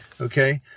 Okay